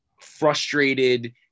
frustrated